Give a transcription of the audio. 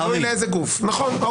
נכון.